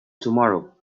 tomorrow